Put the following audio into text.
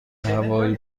هوایی